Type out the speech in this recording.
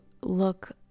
look